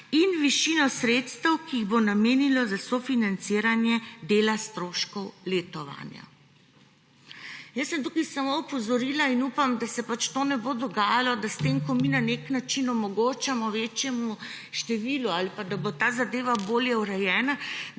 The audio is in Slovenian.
in višino sredstev, ki jih bo namenil za sofinanciranje dela stroškov letovanja. Tu sem samo opozorila – in upam, da se to ne bo dogajalo – da ne bo s tem, ko to na nek način omogočamo večjemu številu otrok ali pa bo ta zadeva bolje urejena,